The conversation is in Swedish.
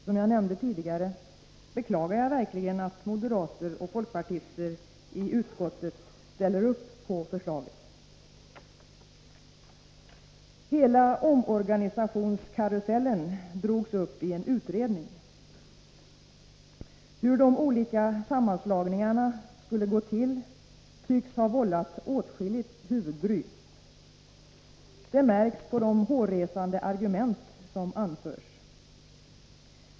Som jag nämnde tidigare beklagar jag verkligen att moderater och folkpartister i utskottet ställer upp för förslaget. Hela omorganisationskarusellen drogs upp i en utredning. Hur de olika sammanslagningarna skulle gå till tycks ha vållat åtskilligt huvudbry. Det märks på de hårresande argument som anförs.